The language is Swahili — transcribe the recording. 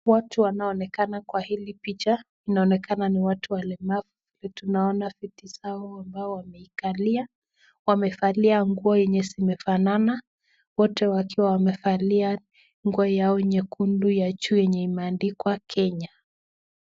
Watu wanaonekana kwa hili picha, inaonekana ni watu walemavu , naona viti zao ambao wameikalia, wamevalia nguo yenye zimefanana, wote wakiwa wamevalia nguo yao nyekundu ya juu yenye imeandikwa Kenya.